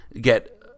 get